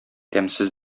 тәмсез